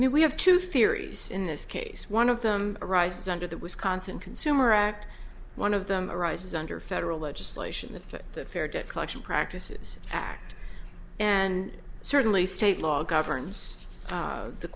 new we have two theories in this case one of them arises under the wisconsin consumer act one of them arises under federal legislation if the fair debt collection practices act and certainly state law governs the